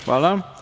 Hvala.